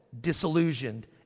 disillusioned